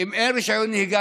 ואם אין רישיון נהיגה,